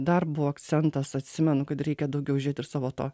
dar buvo akcentas atsimenu kad reikia daugiau žiūrėt ir savo to